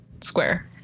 square